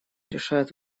решает